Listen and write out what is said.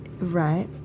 Right